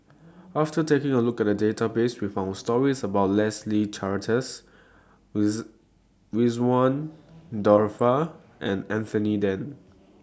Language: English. after taking A Look At The Database We found stories about Leslie Charteris Ridzwan Dzafir and Anthony Then